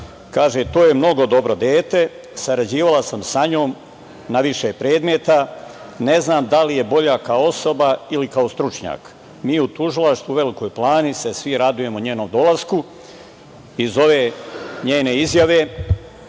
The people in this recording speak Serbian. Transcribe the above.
kaže – to je mnogo dobro dete, sarađivala sam sa njom na više predmeta, ne znam da li je bolja kao osoba ili kao stručnjak, mi u tužilaštvu u Velikoj Plani se svi radujemo njenom dolasku. Iz ove njene izjave